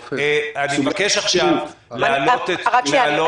אפשר לקבל תשובה על פולין?